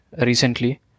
recently